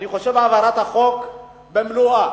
אני חושב שהעברת החוק במלואו,